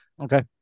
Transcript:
Okay